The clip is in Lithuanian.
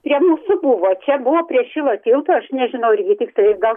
prie mūsų buvo čia buvo prie šilo tilto aš nežinau irgi tiktai gal